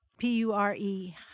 P-U-R-E